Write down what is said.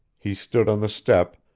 he stood on the step,